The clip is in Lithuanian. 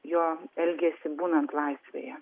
jo elgesį būnant laisvėje